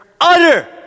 utter